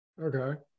Okay